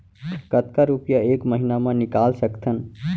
कतका रुपिया एक महीना म निकाल सकथन?